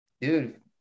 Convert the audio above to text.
Dude